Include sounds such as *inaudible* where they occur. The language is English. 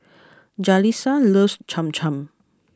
*noise* Jalissa loves Cham Cham